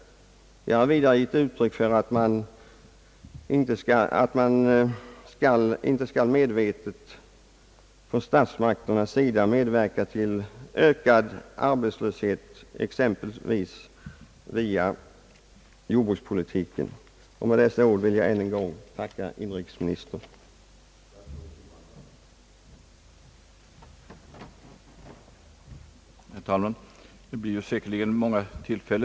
Jag har vidare önskat ge uttryck för den uppfattningen att statsmakterna inte medvetet bör bidra till ökad arbetslöshet exempelvis via jordbrukspolitiken. Med dessa ord vill jag än en gång tacka inrikesministern för svaret.